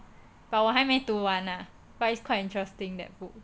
but 我还没读完 ah but it's quite interesting that book